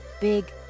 Big